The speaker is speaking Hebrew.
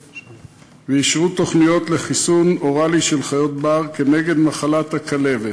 ואישרו תוכניות לחיסון אוראלי של חיות בר נגד מחלת הכלבת.